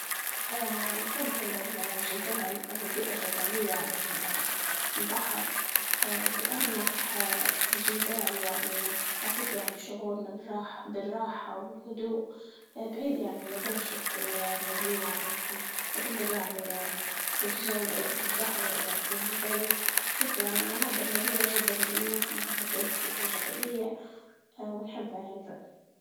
اه نفضل الجبال أو البيئة الجبلية البحر، اه لأنه اه الجبال يعني تعطيك يعني شعور نجاح بالراحة والهدوء، اه بعيد يعني على دوشة المدينة فتقدر يعني اه تتجول أو تتدهور في الجبل شوفوا يعني مناظر جميلة جدا بالمناسبة مدينتي جبلية اه ونحب أهل